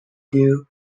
due